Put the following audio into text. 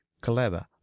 clever